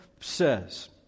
says